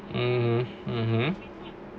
mm mmhmm